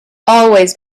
always